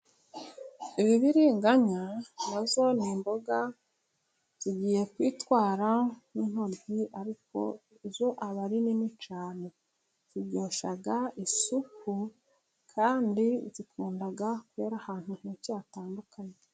Ibibiringanya na zo ni imboga. Zigiye kwitwara n'intoryi ariko zo aba ari nini cyane. Ziryoshya isupu kandi zikunda kuba ahantu henshi hatandukanye.